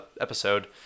episode